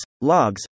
Logs